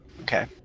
Okay